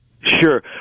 Sure